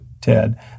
Ted